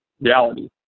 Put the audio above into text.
reality